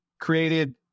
created